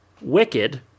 Wicked